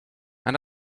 and